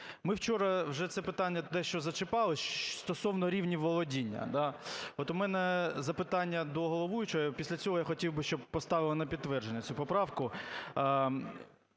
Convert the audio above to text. Ми вчора вже це питання дещо зачіпали стосовно рівнів володіння, да. От у мене запитання до головуючого, а після цього я хотів би, щоб поставили на підтвердження цю поправку.